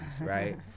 right